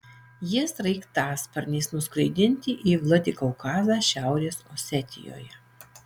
jie sraigtasparniais nuskraidinti į vladikaukazą šiaurės osetijoje